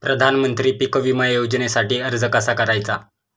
प्रधानमंत्री पीक विमा योजनेसाठी अर्ज कसा करायचा?